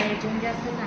त्याच्याहून जास्त